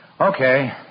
Okay